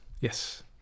Yes